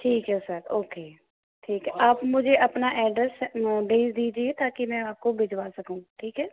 ठीक है sir okay ठीक है आप मुझे अपना एड्रेस भेज दीजिए ताकि मैं आपको भिजवा सकूँ ठीक है